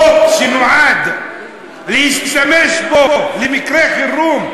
חוק שנועד לשימוש במקרה חירום,